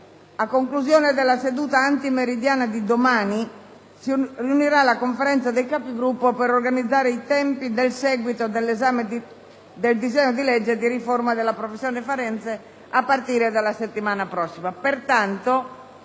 a conclusione della seduta antimeridiana di domani si riunirà la Conferenza dei Capigruppo per organizzare i tempi del seguito dell'esame del disegno di legge di riforma della professione forense a partire dalla settimana prossima.